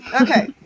okay